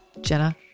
Jenna